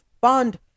bond